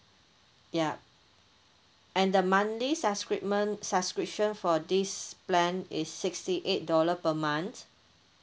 yup and the monthly subscriptment subscription for this plan is sixty eight dollar per month